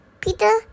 Peter